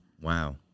Wow